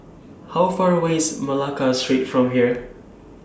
How Far away IS Malacca Street from here